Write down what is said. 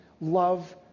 love